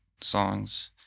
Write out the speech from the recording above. songs